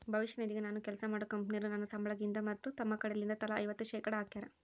ಭವಿಷ್ಯ ನಿಧಿಗೆ ನಾನು ಕೆಲ್ಸ ಮಾಡೊ ಕಂಪನೊರು ನನ್ನ ಸಂಬಳಗಿಂದ ಮತ್ತು ತಮ್ಮ ಕಡೆಲಿಂದ ತಲಾ ಐವತ್ತು ಶೇಖಡಾ ಹಾಕ್ತಾರ